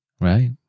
Right